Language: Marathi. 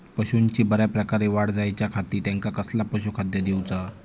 पशूंची बऱ्या प्रकारे वाढ जायच्या खाती त्यांका कसला पशुखाद्य दिऊचा?